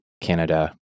Canada